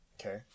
okay